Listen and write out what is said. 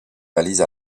valise